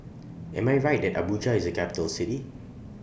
Am I Right Abuja IS A Capital City